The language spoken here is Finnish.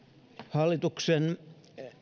hallituksen